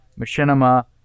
Machinima